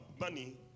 money